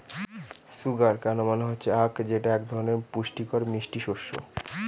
sugar cane মানে হচ্ছে আঁখ যেটা এক ধরনের পুষ্টিকর মিষ্টি শস্য